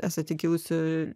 esate kilusi